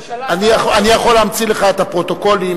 אין לכנסת זמן עכשיו לדו-שיח בינך לבין חבר הכנסת,